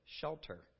shelter